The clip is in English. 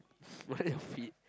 what your feet